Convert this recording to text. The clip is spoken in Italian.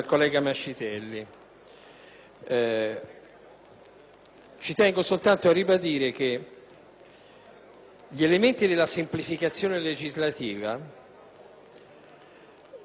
Tengo soltanto a ribadire che gli elementi della semplificazione legislativa non stanno soltanto in questo provvedimento: